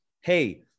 hey